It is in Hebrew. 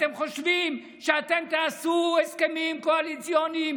אתם חושבים שאתם תעשו הסכמים קואליציוניים